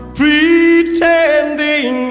pretending